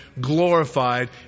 glorified